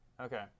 Okay